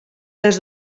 els